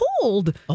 cold